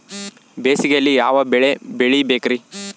ಬೇಸಿಗೆಯಲ್ಲಿ ಯಾವ ಬೆಳೆ ಬೆಳಿಬೇಕ್ರಿ?